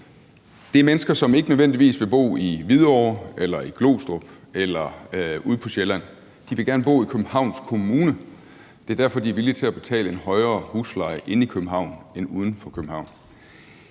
Det er mennesker, som ikke nødvendigvis vil bo i Hvidovre eller i Glostrup eller ude på Sjælland. De vil gerne bo i Københavns Kommune, og det er derfor, de er villige til at betale en højere husleje inde i København end uden for København.